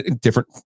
different